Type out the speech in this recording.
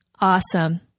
Awesome